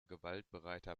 gewaltbereiter